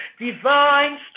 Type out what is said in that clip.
divine